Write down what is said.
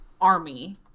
army